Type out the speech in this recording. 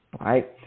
right